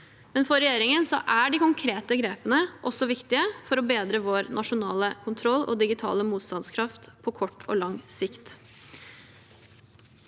For regjeringen er de konkrete grepene også viktige for å bedre vår nasjonale kontroll og digitale motstandskraft på kort og lang sikt.